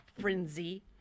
frenzy